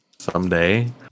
Someday